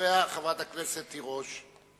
חברת הכנסת תירוש.